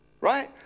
Right